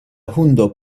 hundo